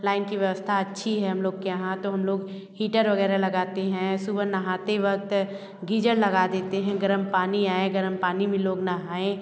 line की व्यवस्था अच्छी है हम लोग के यहाँ तो हम लोग हीटर वग़ैरह लगाते हैं सुबह नहाते वक़्त गीज़र लगा देते हैं गर्म पानी आए गर्म पानी में लोग नहाएं